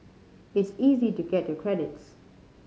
it's easy to get your credits